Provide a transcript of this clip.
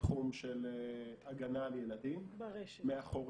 בתחום של הגנה על ילדים ברשת.